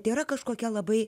tėra kažkokia labai